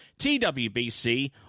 TWBC